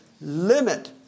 limit